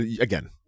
Again